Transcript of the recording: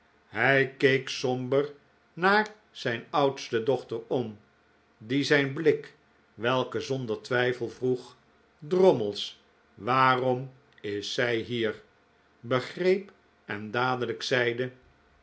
hij keek somber naar zijn oudste dochter om die zijn blik welke zonder twijfel vroeg drommels waarom is zij hier begreep en dadelijk zeide